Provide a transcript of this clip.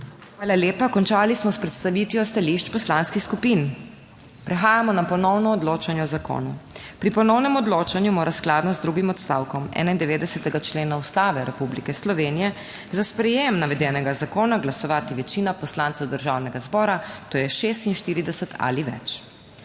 Hvala lepa. Končali smo s predstavitvijo stališč poslanskih skupin. Prehajamo na ponovno odločanje o zakonu. Pri ponovnem odločanju mora skladno z drugim odstavkom 91. člena Ustave Republike Slovenije za sprejem navedenega zakona glasovati večina poslancev Državnega zbora, to je 46 ali več.